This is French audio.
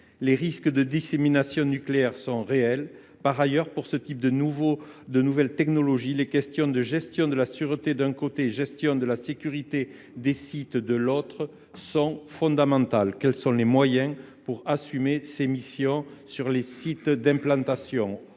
Les risques de dissémination nucléaire sont réels. Par ailleurs, pour ce type de nouvelle technologie, les questions de gestion de la sûreté, d’une part, et de gestion de la sécurité des sites, d’autre part, sont fondamentales. Quels sont les moyens pour assumer ces missions sur les sites d’implantation ?